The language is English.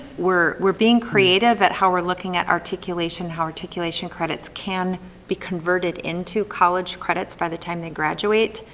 we're we're being creative at how we're looking at articulation, how articulation credits can be converted into college credits by the time they graduate.